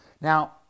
Now